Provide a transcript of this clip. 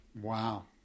Wow